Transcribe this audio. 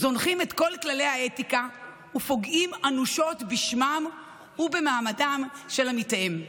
זונחים את כל כללי האתיקה ופוגעים אנושות בשמם ובמעמדם של עמיתיהם.